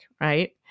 right